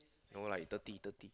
no lah eh thirty thirty